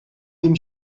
dem